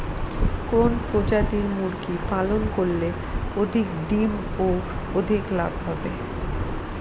কোন প্রজাতির মুরগি পালন করলে অধিক ডিম ও অধিক লাভ হবে?